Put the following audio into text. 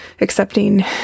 accepting